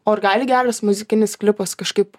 o ar gali geras muzikinis klipas kažkaip